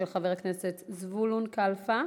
של חבר הכנסת זבולון כלפה.